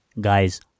guys